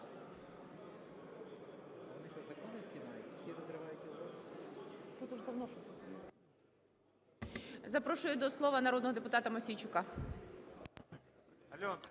Запрошую до слова народного депутата Мосійчука.